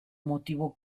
motivo